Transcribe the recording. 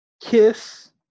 Kiss